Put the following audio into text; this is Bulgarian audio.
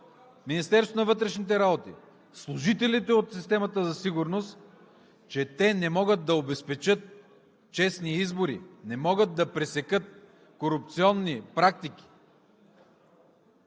Министерството на вътрешните работи, служителите от системата за сигурност, че не могат да обезпечат честни избори, не могат да пресекат корупционни практики!